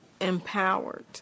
empowered